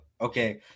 okay